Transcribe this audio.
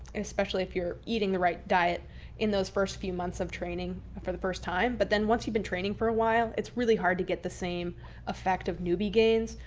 especially if you're eating the right diet in those first few months of training for the first time. but then once you've been training for a while, it's really hard to get the same effect of newbie gains.